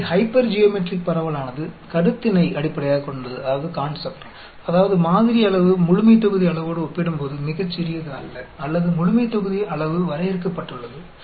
எனவே ஹைப்பர்ஜியோமெட்ரிக் பரவலானது கருத்தினை அடிப்படையாகக் கொண்டது அதாவது மாதிரி அளவு முழுமைத்தொகுதி அளவோடு ஒப்பிடும்போது மிகச் சிறியதல்ல அல்லது முழுமைத்தொகுதி அளவு வரையறுக்கப்பட்டுள்ளது